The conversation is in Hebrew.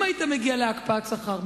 אם היית מגיע להקפאת שכר,